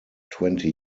twenty